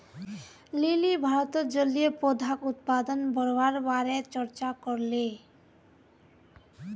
lily भारतत जलीय पौधाक उत्पादन बढ़वार बारे चर्चा करले